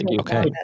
Okay